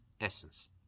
essence